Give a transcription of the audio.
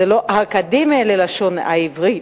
זה לא אקדמיה ללשון העברית.